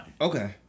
Okay